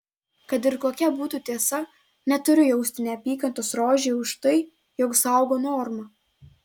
kad ir kokia būtų tiesa neturiu jausti neapykantos rožei už tai jog saugo normą